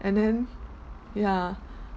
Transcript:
and then yeah